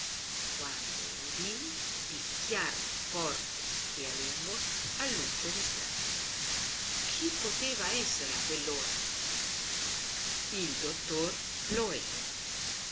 quando udii picchiar forte e a lungo all'uscio di strada chi poteva essere a quell'ora il dottor loero